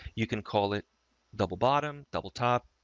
you can call it double, bottom, double, top,